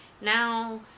Now